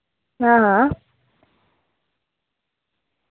हां हां